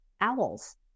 owls